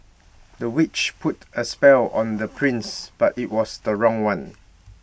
the witch put A spell on the prince but IT was the wrong one